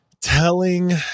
telling